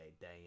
day